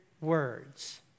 words